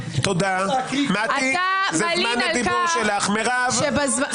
תעשו את זה שלושה שבועות,